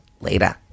Later